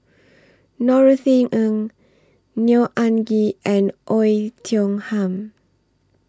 Norothy Ng Neo Anngee and Oei Tiong Ham